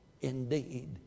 indeed